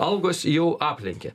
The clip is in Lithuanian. algos jau aplenkė